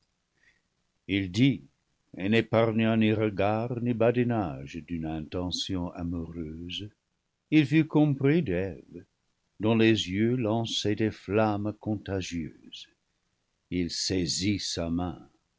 il dit et n'épargna ni regard ni badinage d'une intention amoureuse il fut compris d'eve dont les yeux lançaient des flammes contagieuses il saisit sa main